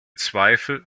zweifel